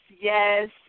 yes